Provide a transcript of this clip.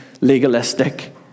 legalistic